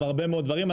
והרבה מאוד דברים.